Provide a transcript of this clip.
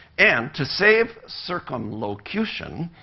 and to save circumlocution,